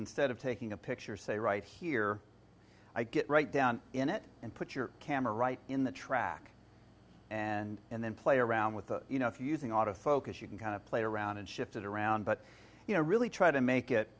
instead of taking a picture say right here i get right down in it and put your camera right in the track and then play around with you know if using autofocus you can kind of play around and shifted around but you know really try to make it